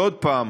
ועוד פעם,